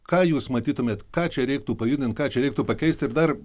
ką jus matytumėt ką čia reiktų pajudint ką čia reiktų pakeisti ir dar